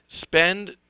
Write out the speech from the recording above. spend